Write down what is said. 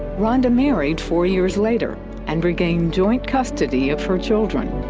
rhonda remarried four years later, and regained joint custody of her children.